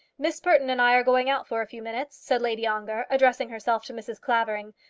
miss burton and i are going out for a few minutes, said lady ongar, addressing herself to mrs. clavering.